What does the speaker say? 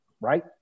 right